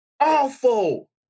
Awful